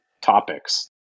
topics